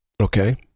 Okay